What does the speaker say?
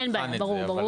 אין בעיה, ברור.